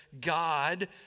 God